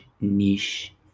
niche